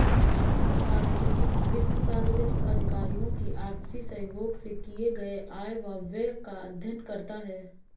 सार्वजनिक वित्त सार्वजनिक अधिकारियों की आपसी सहयोग से किए गये आय व व्यय का अध्ययन करता है